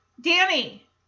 Danny